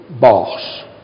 boss